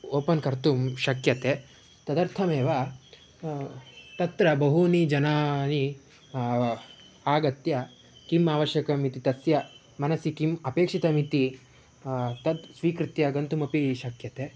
open कर्तुं शक्यते तदर्थमेव तत्र बहवः जनाः अगत्य किम् आवश्यकमिति तस्य मनसि किम् अपेक्षितमिति तत् स्वीकृत्य गन्तुमपि श्क्यन्ते